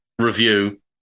review